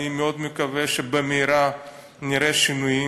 אני מקווה מאוד שבמהרה נראה שינויים.